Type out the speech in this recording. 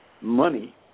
money